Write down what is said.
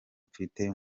mfite